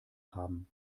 haben